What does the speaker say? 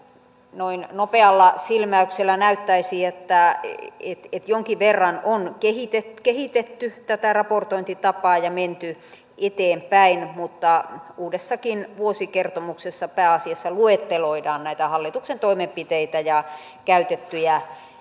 noin nopealla silmäyksellä näyttäisi että jonkin verran on kehitetty tätä raportointitapaa ja menty eteenpäin mutta uudessakin vuosikertomuksessa pääasiassa luetteloidaan hallituksen toimenpiteitä ja käytettyjä resursseja